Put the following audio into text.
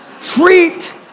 Treat